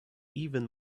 even